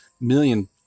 million